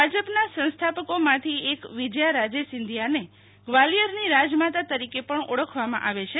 ભાજપના સંસ્થાપકોમાંથી એક વિજયારાજે સિંધિયાને ગ્વાલિયરની રાજમાતા તરીકે પણ ઓળખવામાં આવે છે